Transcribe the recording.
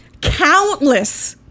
Countless